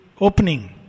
opening